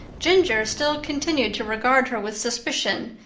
ginger still continued to regard her with suspicion,